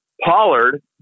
Pollard